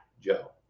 Joe